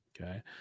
Okay